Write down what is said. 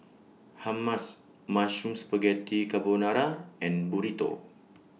Hummus Mushroom Spaghetti Carbonara and Burrito